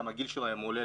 גם הגיל שלהם עולה,